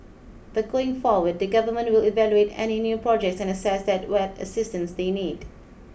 but going forward the government will evaluate any new projects and assess what assistance they need